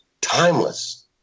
timeless